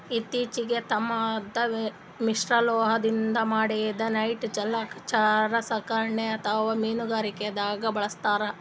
ಇತ್ತಿಚೀಗ್ ತಾಮ್ರದ್ ಮಿಶ್ರಲೋಹದಿಂದ್ ಮಾಡಿದ್ದ್ ನೆಟ್ ಜಲಚರ ಸಾಕಣೆಗ್ ಅಥವಾ ಮೀನುಗಾರಿಕೆದಾಗ್ ಬಳಸ್ತಾರ್